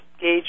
gauge